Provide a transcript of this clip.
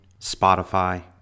Spotify